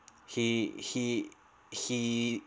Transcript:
he he he